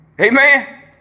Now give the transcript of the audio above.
Amen